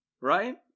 Right